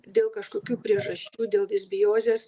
dėl kažkokių priežasčių dėl disbiozės